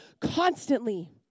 constantly